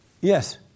Yes